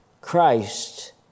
Christ